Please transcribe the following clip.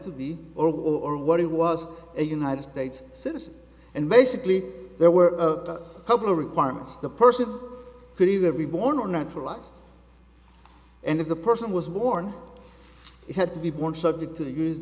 to be or what it was a united states citizen and basically there were a couple requirements the person could either be born or naturalized and if the person was born he had to be born subject to use